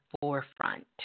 forefront